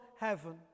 heaven